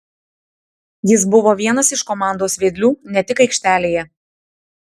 jis buvo vienas iš komandos vedlių ne tik aikštelėje